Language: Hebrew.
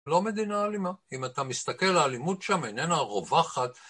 לא מדינה אלימה. אם אתה מסתכל האלימות שם איננה רובחת.